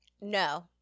No